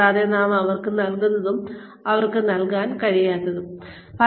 കൂടാതെ നാം അവർക്ക് എന്തൊക്കെ നൽകുന്നു അവർക്ക് എന്തൊക്കെ നൽകാൻ കഴിയാത്തത് തുടങ്ങിയവ